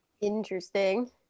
interesting